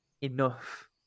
enough